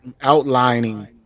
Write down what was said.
outlining